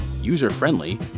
user-friendly